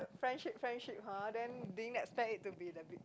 friendship friendship ha then didn't expect it to be that